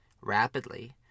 Rapidly